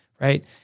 right